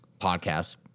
podcast